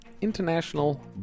international